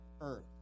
Earth